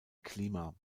klima